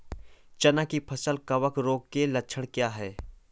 चना की फसल कवक रोग के लक्षण क्या है?